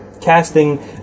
Casting